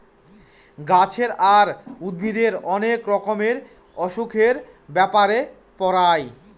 গাছের আর উদ্ভিদের অনেক রকমের অসুখের ব্যাপারে পড়ায়